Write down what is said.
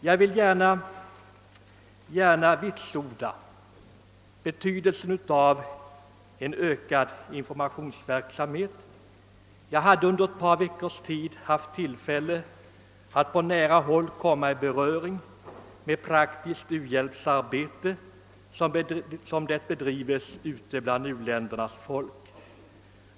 Jag vill gärna vitsorda betydelsen av en ökad informationsverksamhet. Under ett par veckors tid har jag haft tillfälle att komma i nära beröring med praktiskt u-hjälpsarbete som det bedrives ute bland u-ländernas folk.